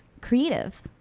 creative